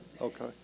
Okay